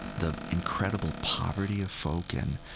the incredible poverty of folk. and,